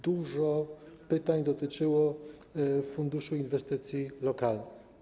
Dużo pytań dotyczyło funduszu inwestycji lokalnych.